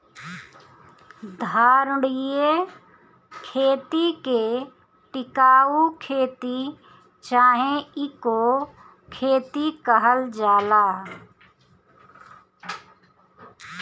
धारणीय खेती के टिकाऊ खेती चाहे इको खेती कहल जाला